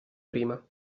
prima